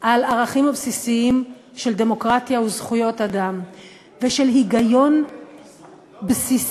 על הערכים הבסיסיים של דמוקרטיה וזכויות אדם ושל היגיון בסיסי